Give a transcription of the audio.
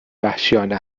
وحشیانه